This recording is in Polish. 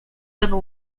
albo